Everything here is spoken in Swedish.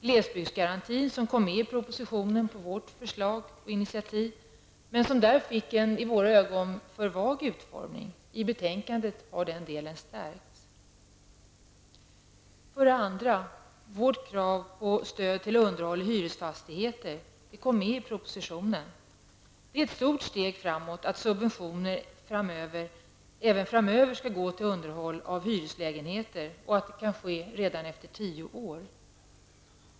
Glesbygdsgarantin som kom med i propositionen på vårt förslag och initiativ, men som där fick en i våra ögon för vag utformning. I betänkandet har den delen stärkts. 2. Vårt krav på stöd till underhåll i hyresfastigheter kom med i propositionen. Det är ett stort steg framåt att subventioner även framöver skall gå till underhåll av hyreslägenheter och att det kan ske redan efter tio år.